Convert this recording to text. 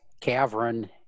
cavern